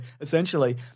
Essentially